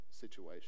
situation